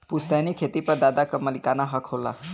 पुस्तैनी खेत पर दादा क मालिकाना हक होला